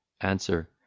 Answer